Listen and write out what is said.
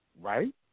Right